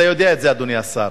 אתה יודע את זה, אדוני השר.